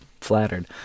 flattered